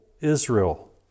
Israel